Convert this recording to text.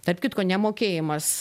tarp kitko nemokėjimas